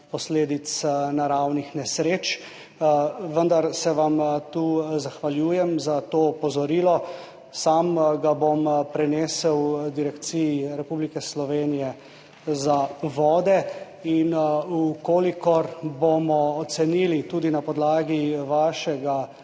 posledic naravnih nesreč, vendar se vam zahvaljujem za to opozorilo. Sam ga bom prenesel Direkciji Republike Slovenije za vode in v kolikor bomo ocenili, tudi na podlagi vašega